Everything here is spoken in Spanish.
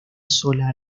sola